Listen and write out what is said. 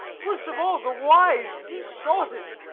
worst of all the wise deep-thoughted!